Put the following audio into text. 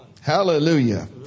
Hallelujah